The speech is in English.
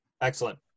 Excellent